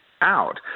out